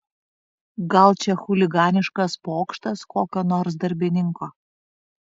gal čia chuliganiškas pokštas kokio nors darbininko